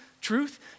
truth